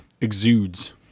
exudes